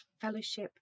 fellowship